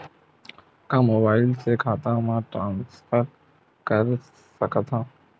का मोबाइल से खाता म ट्रान्सफर कर सकथव?